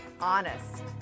honest